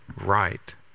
right